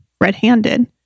red-handed